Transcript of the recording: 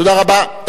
תודה רבה.